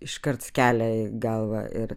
iškart skelia į galvą ir